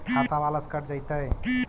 खाता बाला से कट जयतैय?